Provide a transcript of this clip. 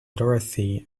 dorothy